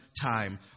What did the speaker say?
time